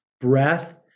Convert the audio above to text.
breath